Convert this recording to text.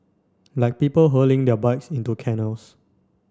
like people hurling their bikes into canals